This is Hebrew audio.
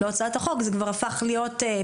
לא את הצעת החוק, זה כבר הפך להיות פיילוט,